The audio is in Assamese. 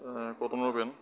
কটনৰ পেণ্ট